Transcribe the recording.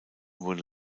wurde